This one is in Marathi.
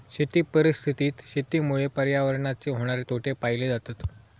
शेती परिस्थितीत शेतीमुळे पर्यावरणाचे होणारे तोटे पाहिले जातत